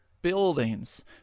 Buildings